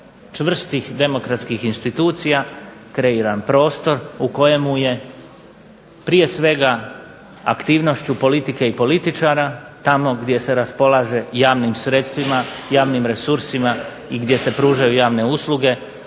čvrstih demokratskih institucija kreiran prostor u kojemu je prije svega aktivnošću politike i političara tamo gdje se raspolaže javnim sredstvima, javnim resursima i gdje se pružaju javne usluge